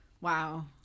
Wow